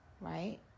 right